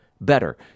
better